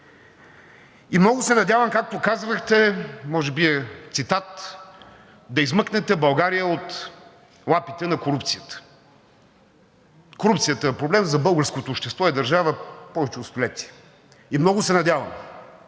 И много се надявам, както казвахте, може би е цитат, да измъкнете България от лапите на корупцията. Корупцията е проблем за българското общество и държава повече от столетия. Много се надявам,